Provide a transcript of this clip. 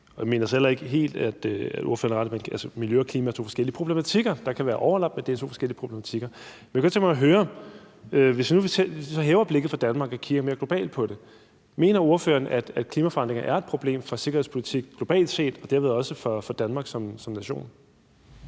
Jeg mener så ikke, at ordføreren har helt ret: Altså, miljø og klima er to forskellige problematikker. Der kan være overlap, men det er to forskellige problematikker. Men jeg kunne godt tænke mig at høre, hvis nu vi hæver blikket fra Danmark og kigger mere globalt på det: Mener ordføreren, at klimaforandringer er et problem for sikkerhedspolitik globalt set og derved også for Danmark som nation?